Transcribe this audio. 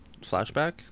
flashback